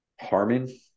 Harming